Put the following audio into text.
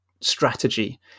strategy